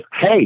hey